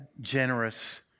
generous